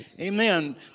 Amen